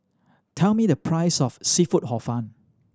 tell me the price of seafood Hor Fun